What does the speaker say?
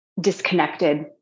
disconnected